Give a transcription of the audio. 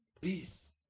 peace